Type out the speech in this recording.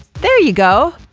there ya go.